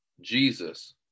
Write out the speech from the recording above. Jesus